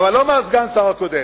אבל לא מסגן השר הקודם.